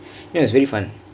ya it's really fun